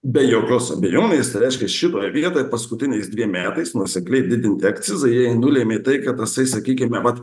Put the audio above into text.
be jokios abejonės reiškia šitoje vietoj paskutiniais dviem metais nuosekliai didinti akcizai nulėmė tai kad tasai sakykime vat